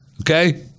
Okay